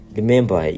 Remember